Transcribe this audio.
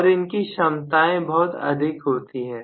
और इनकी क्षमताएं बहुत अधिक होती है